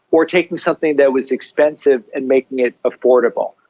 or taking something that was expensive and making it affordable.